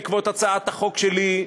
בעקבות הצעת חוק שלי,